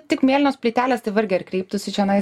tik mėlynos plytelės tai vargiai ar kreiptųsi čionais